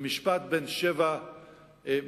במשפט בן שבע מלים.